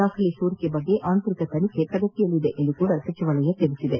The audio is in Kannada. ದಾಖಲೆ ಸೋರಿಕೆ ಬಗ್ಗೆ ಆಂತರಿಕ ತನಿಖೆ ಪ್ರಗತಿಯಲ್ಲಿದೆ ಎಂದು ಸಹ ಸಚಿವಾಲಯ ಹೇಳಿದೆ